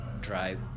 drive